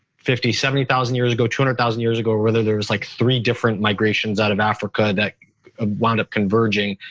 fifty, seventy thousand years ago, two hundred thousand years ago, or whether there was like three different migrations out of africa that ah wound up converging.